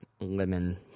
lemon